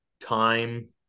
time